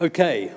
Okay